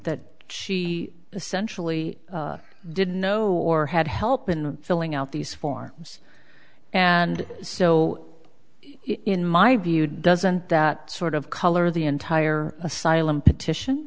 that she essentially didn't know or had help in filling out these forms and so in my view doesn't that sort of color the entire asylum petition